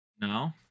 No